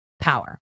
power